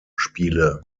spiele